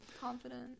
confident